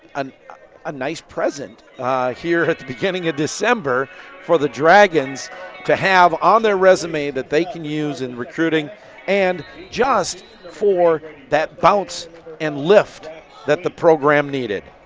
um a nice present here at the beginning of december for the dragons to have on their resume that they can use in recruiting and just for that bounce and lift that the program needed.